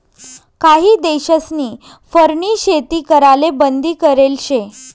काही देशस्नी फरनी शेती कराले बंदी करेल शे